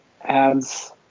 adds